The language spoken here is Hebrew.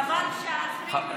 חבל שאחרים לא.